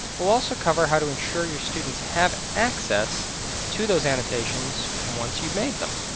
we'll also cover how to ensure your students have access to those annotations once you've made them.